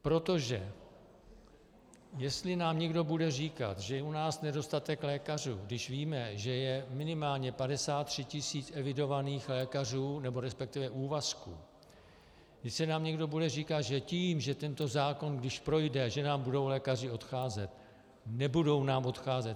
Protože jestli nám někdo bude říkat, že je u nás nedostatek lékařů, když víme, že je minimálně 53 tisíc evidovaných lékařů, nebo resp. úvazků, jestli nám někdo bude říkat, že tím, že tento zákon, když projde, že nám budou lékaři odcházet nebudou nám odcházet.